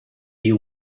you